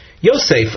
Yosef